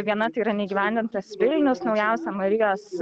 viena tai yra neįgyvendintas vilnius naujausia marijos